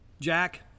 Jack